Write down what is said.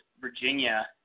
Virginia